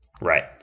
Right